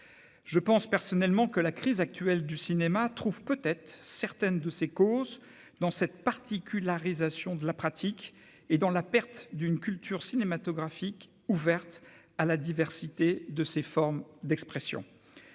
je pense personnellement que la crise actuelle du cinéma trouve peut-être certaines de ces causes dans cette particule Ariza Sion de la pratique et dans la perte d'une culture cinématographique, ouverte à la diversité de ses formes d'expression